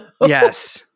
Yes